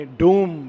doom